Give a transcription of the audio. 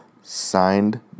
Signed